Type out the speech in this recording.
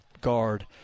guard